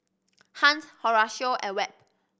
Hunt Horacio and Webb